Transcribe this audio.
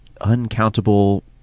uncountable